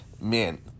man